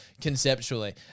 conceptually